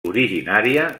originària